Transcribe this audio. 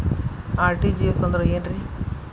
RTGS ಅಂದ್ರ ಏನ್ರಿ?